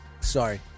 Sorry